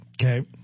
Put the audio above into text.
Okay